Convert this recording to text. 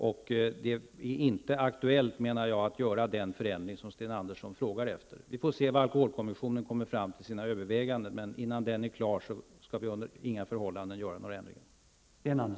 Jag menar att det inte är aktuellt att genomföra den förändring som Sten Andersson frågar efter. Vi får se vad alkoholkommissionen kommer fram till i sina överväganden, men innan den har avslutat sitt arbete skall vi inte under några förhållanden genomföra några förändringar.